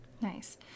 Nice